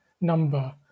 number